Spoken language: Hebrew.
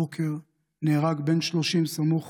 הבוקר נהרג בן 30 סמוך